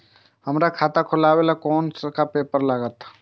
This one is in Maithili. हमरा खाता खोलाबई में कुन सब पेपर लागत?